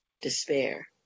despair